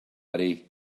haré